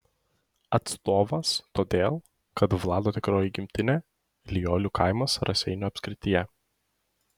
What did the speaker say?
atstovas todėl kad vlado tikroji gimtinė liolių kaimas raseinių apskrityje